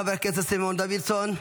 חבר הכנסת סימון דוידסון.